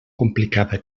complicada